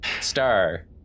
Star